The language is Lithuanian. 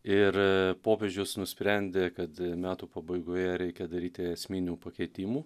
ir popiežius nusprendė kad metų pabaigoje reikia daryti esminių pakeitimų